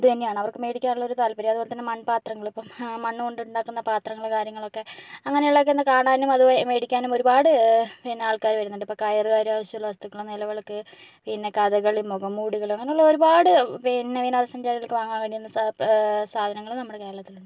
ഇത് തന്നെയാണ് അവർക്ക് മേടിക്കാനുള്ളൊരു താത്പര്യം അതുപോലെ തന്നെ മൺപാത്രങ്ങൾ ഇപ്പം മണ്ണ് കൊണ്ട് ഉണ്ടാക്കുന്ന പത്രങ്ങൾ കാര്യങ്ങളൊക്കെ അങ്ങനെയുള്ളതൊക്കെ ഒന്ന് കാണാനും അത് മേടിക്കാനും ഒരുപാട് പിന്നെ ആൾക്കാർ വരുന്നുണ്ട് ഇപ്പം കയറ് കരകൗശല വസ്തുക്കൾ നിലവിളക്ക് പിന്നെ കഥകളി മുഖം മൂടികൾ അങ്ങനെയുള്ള ഒരുപാട് പിന്നെ വിനോദസഞ്ചാരികൾക്ക് വാങ്ങാൻ കഴിയുന്ന സാ പ്ര സാധനങ്ങൾ നമ്മുടെ കേരളത്തിലുണ്ട്